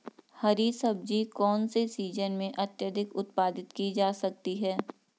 हरी सब्जी कौन से सीजन में अत्यधिक उत्पादित की जा सकती है?